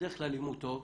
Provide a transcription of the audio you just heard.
בדרך כלל אם הוא טוב,